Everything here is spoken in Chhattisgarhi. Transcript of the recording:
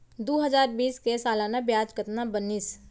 दू हजार बीस के सालाना ब्याज कतना बनिस?